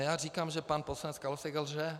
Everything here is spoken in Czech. Já říkám, že pan poslanec Kalousek lže.